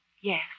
Yes